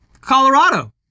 Colorado